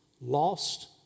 lost